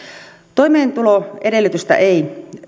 toimeentuloedellytystä ei